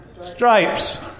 Stripes